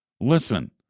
Listen